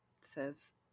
says